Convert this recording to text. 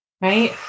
Right